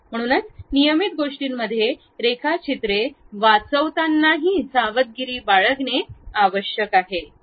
म्हणूनच नियमित गोष्टींमध्ये रेखाचित्रे वाचवतानाही सावधगिरी बाळगणे आवश्यक आहे